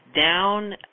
down